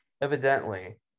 evidently